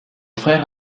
frère